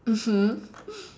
mmhmm